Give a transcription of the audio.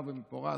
הוא רב עם פורז.